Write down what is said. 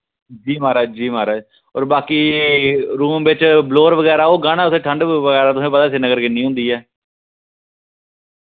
जी माराज जी माराज और बाकी रूम बिच ब्लौर बगैरा होग ना फिर ठंड बगैरा तुसें पता श्रीनगर किन्नी होंदी ऐ